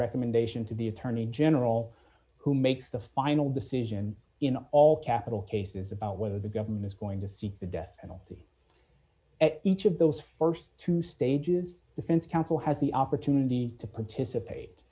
recommendation to the attorney general who makes the final decision in all capital cases about whether the government is going to seek the death penalty at each of those st two stages defense counsel has the opportunity to participate